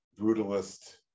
brutalist